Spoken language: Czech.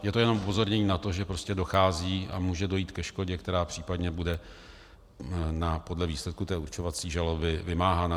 Je to jenom upozornění na to, že prostě dochází a může dojít ke škodě, která případně bude podle výsledků té určovací žaloby vymáhána.